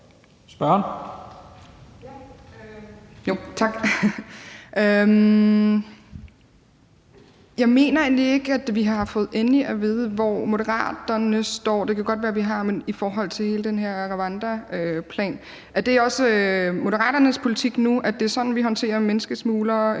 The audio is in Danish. Jeg mener egentlig ikke, at vi har fået endeligt at vide, hvor Moderaternes står. Det kan godt være, at vi har det, altså i forhold til hele den her rwandaplan. Er det også Moderaternes politik nu, at det er sådan, vi håndterer menneskesmuglere